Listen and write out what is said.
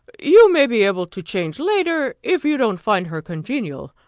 you may be able to change later, if you don't find her congenial.